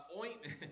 Ointment